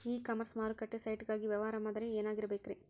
E commerce ಮಾರುಕಟ್ಟೆ site ಗಾಗಿ ವ್ಯವಹಾರ ಮಾದರಿ ಏನಾಗಿರಬೇಕ್ರಿ?